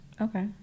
Okay